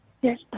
Yes